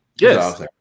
Yes